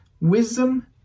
wisdom